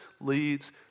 leads